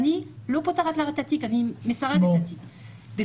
אני הוצאתי כבר